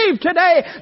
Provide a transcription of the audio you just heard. today